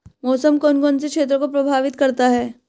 मौसम कौन कौन से क्षेत्रों को प्रभावित करता है?